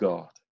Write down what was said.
God